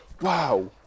wow